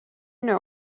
know